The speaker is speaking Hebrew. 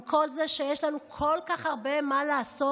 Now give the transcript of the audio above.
עם כל זה שיש לנו כל כך הרבה מה לעשות,